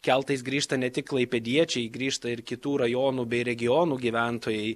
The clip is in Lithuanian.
keltais grįžta ne tik klaipėdiečiai grįžta ir kitų rajonų bei regionų gyventojai